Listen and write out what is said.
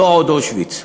לא עוד אושוויץ.